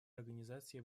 организации